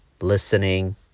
listening